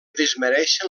desmereixen